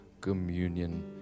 communion